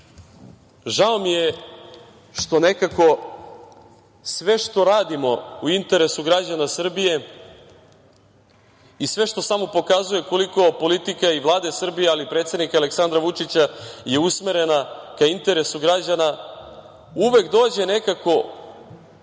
žao mi je što nekako sve što radimo u interesu građana Srbije i sve što samo pokazuje koliko je politika i Vlade Srbije, ali i predsednika Aleksandra Vučića usmerena ka interesu građana, uvek dođe nekako